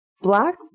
black